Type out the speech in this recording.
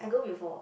I go before